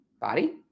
body